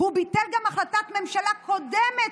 גם החלטת ממשלה קודמת,